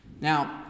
Now